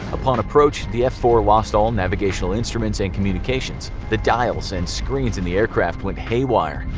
upon approach the f four lost all navigational instruments and communications. the dials and screens in the aircraft went haywire.